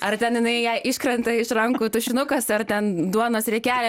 ar ten jinai jai iškrenta iš rankų tušinukas ar ten duonos riekelė